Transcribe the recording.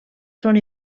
són